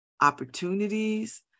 opportunities